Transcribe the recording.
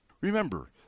Remember